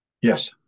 Yes